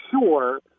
sure